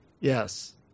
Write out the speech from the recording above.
Yes